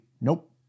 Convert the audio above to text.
Nope